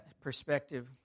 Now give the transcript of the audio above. perspective